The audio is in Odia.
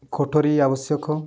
କୋଠରୀ ଆବଶ୍ୟକ